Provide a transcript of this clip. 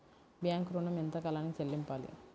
Bank ఋణం ఎంత కాలానికి చెల్లింపాలి?